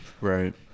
Right